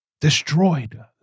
Destroyed